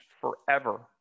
forever